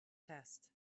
test